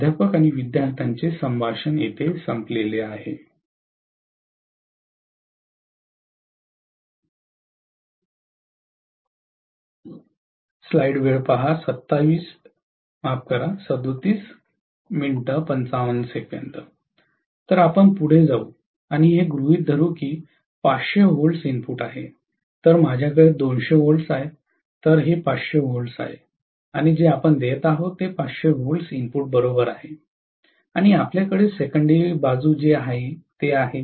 प्राध्यापक विद्यार्थ्यांचे संभाषण संपले तर आपण पुढे जाऊ आणि हे गृहित धरू की ते 500 व्होल्ट्स इनपुट आहे तर माझ्याकडे 200 व्होल्ट आहेत तर हे 500 व्होल्ट्स आहे आणि जे आपण देत आहोत ते 500 व्होल्ट्स इनपुट बरोबर आहे आणि आपल्याकडे सेकंडेरी बाजू जे आहे ते आहे